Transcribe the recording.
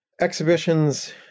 exhibitions